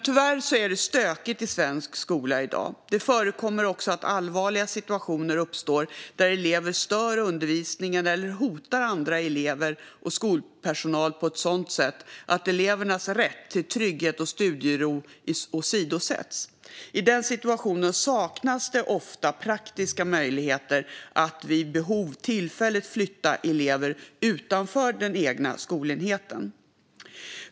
Tyvärr är det stökigt i svensk skola i dag. Det förekommer också att allvarliga situationer uppstår där elever stör undervisningen eller hotar andra elever och skolpersonal på ett sådant sätt att elevernas rätt till trygghet och studiero åsidosätts. I den situationen saknas det ofta praktiska möjligheter att vid behov tillfälligt flytta elever utanför den egna skolenheten.